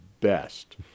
best